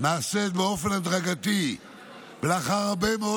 נעשית באופן הדרגתי ולאחר הרבה מאוד